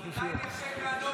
ולכן אני מאשר לה להגיב על הדברים.